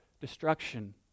destruction